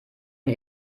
ein